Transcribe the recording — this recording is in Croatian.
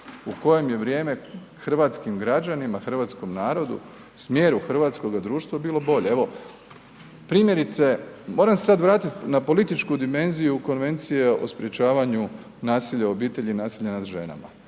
u kojem je vrijeme hrvatskim građanima, hrvatskom narodu, smjeru hrvatskoga društva bilo bolje. Evo primjerice, moram se sad vratiti na političku dimenziju Konvencije o sprječavanju nasilja u obitelji i nasilja nad ženama.